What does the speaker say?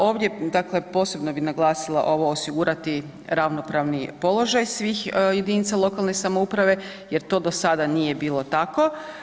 Ovdje bih posebno naglasila ovo osigurati ravnopravni položaj svih jedinica lokalne samouprave jer to do sada nije bilo tako.